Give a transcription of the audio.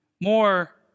more